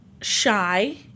shy